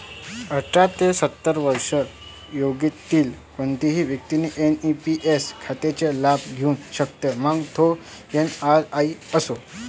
अठरा ते सत्तर वर्षे वयोगटातील कोणतीही व्यक्ती एन.पी.एस खात्याचा लाभ घेऊ शकते, मग तो एन.आर.आई असो